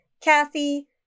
Kathy